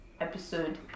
episode